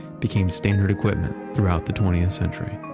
became standard equipment throughout the twentieth century.